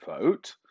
vote